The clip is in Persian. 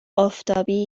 آفتابی